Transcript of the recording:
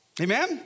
Amen